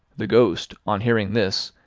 the ghost, on hearing this,